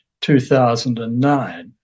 2009